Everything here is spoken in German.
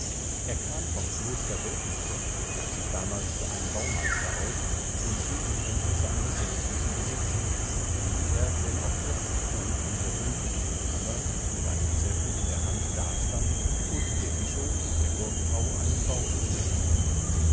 er kam vom kloster weltenburg gab sich damals für einen baumeister aus und schien die kenntnisse eines solchen zu besitzen wie er denn auch jetzt unten in der fünfeckigen kammer mit einem zirkel in der hand dastand und dem bischof und der burgfrau einen bauriß erklärte